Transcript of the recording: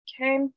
Okay